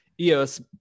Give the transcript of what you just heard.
EOS